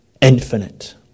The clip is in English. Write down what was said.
infinite